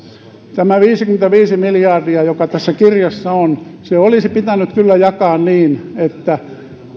tämä viisikymmentäviisi miljardia joka tässä kirjassa on olisi kyllä pitänyt jakaa niin että